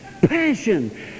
passion